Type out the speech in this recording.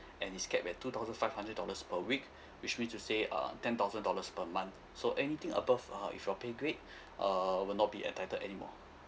and is capped at two thousand five hundred dollars per week which means to say um ten thousand dollars per month so anything above err if your pay grade uh will not be entitled any more